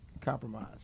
Compromise